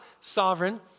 sovereign